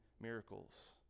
miracles